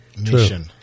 mission